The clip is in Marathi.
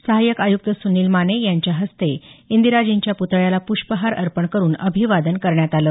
सहाय्यक आयुक्त सुनील माने यांच्या हस्ते इंदिराजींच्या पुतळ्याला पुष्पहार अर्पण करुन अभिवादन करण्यात आलं